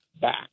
back